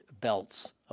belts